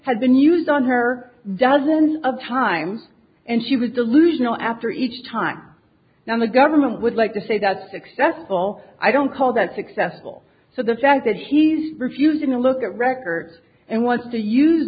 had been used on her dozens of time and she was delusional after each time now the government would like to say that successful i don't call that successful so the fact that he's refusing to look at records and wants to use